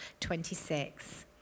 26